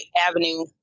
avenue